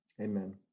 amen